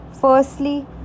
Firstly